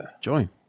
Join